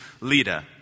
leader